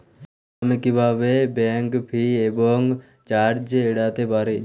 আমি কিভাবে bank fee এবং চার্জ এড়াতে পারি?